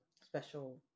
special